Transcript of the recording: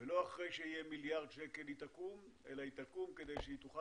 ולא אחרי שיהיה מיליארד שקל היא תקום אלא כדי שתוכל